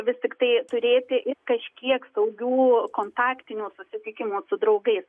vis tiktai turėti ir kažkiek saugių kontaktinių susitikimų su draugais